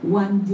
one